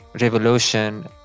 revolution